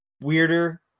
weirder